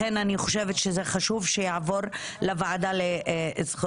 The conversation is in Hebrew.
לכן אני חושבת שזה חשוב שהנושא יעבור לוועדה לקידום